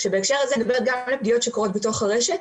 כשבהקשר הזה אני מדברת גם על הפגיעות שקורות בתוך הרשת,